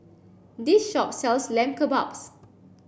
this shop sells Lamb Kebabs